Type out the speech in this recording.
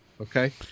Okay